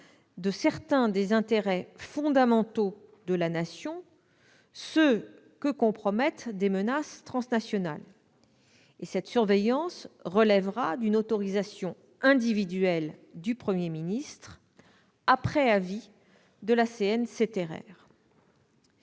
de certains des intérêts fondamentaux de la Nation, ceux que compromettent des menaces transnationales. Elle relèvera d'une autorisation individuelle du Premier ministre, après avis de la CNCTR.